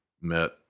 met